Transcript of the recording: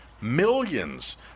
millions